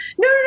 no